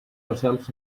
ourselves